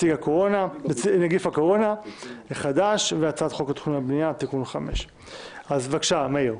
נגיף הקורונה החדש) והצעת חוק התכנון והבנייה (תיקון 5). מאיר,